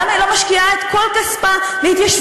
למה היא לא משקיעה את כל כספה בהתיישבות,